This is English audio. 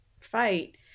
fight